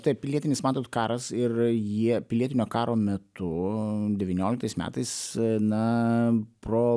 tai pilietinis matot karas ir jie pilietinio karo metu devynioliktais metais na pro